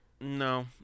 No